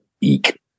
Eek